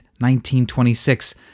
1926